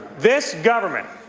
this government